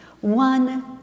one